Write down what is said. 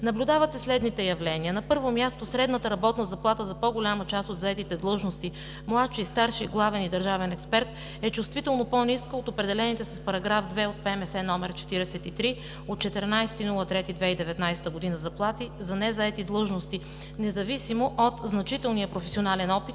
Наблюдават се следните явления: На първо място, средната работна заплата за по-голяма част от заетите длъжности „младши“, „старши“, „главен“ и „държавен експерт“ е чувствително по-ниска от определените с § 2 от ПМС № 43 от 14 март 2019 г. заплати за незаети длъжности независимо от значителния професионален опит